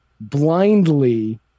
blindly